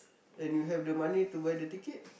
and you have the money to buy the ticket